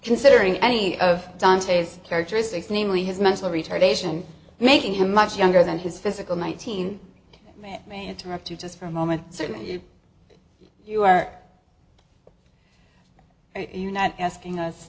considering any of dantes characteristics namely his mental retardation making him much younger than his physical nineteen man may interrupt you just for a moment certainly you are you're not asking us